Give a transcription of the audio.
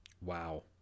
Wow